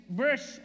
verse